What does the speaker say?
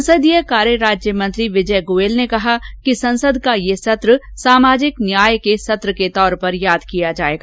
संसदीय कार्य राज्यमंत्री विजय गोयल ने कहा कि संसद का यह सत्र सामाजिक न्याय के सत्र के तौर पर याद किया जायेगा